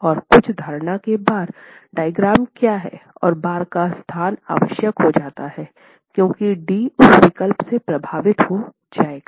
और कुछ धारणा की बार डायग्राम क्या है और बार का स्थान आवश्यक हो जाता है क्योंकि आपका d उस विकल्प से प्रभावित हो जाएगा